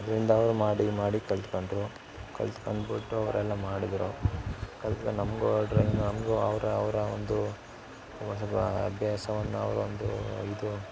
ಅದರಿಂದ ಅವ್ರು ಮಾಡಿ ಮಾಡಿ ಕಲಿತ್ಕೊಂಡ್ರು ಕಲಿತ್ಕೊಂಡ್ಬಿಟ್ಟು ಅವರೆಲ್ಲ ಮಾಡಿದರು ಕಲ್ತ್ಕೊ ನಮ್ಗೂ ಅವ್ರು ಡ್ರಾಯಿಂಗ್ ನಮ್ಗೂ ಅವರ ಅವರ ಒಂದು ಒಂದ್ಸ್ವಲ್ಪ ಅಭ್ಯಾಸವನ್ನು ಅವರೊಂದು ಇದು